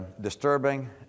disturbing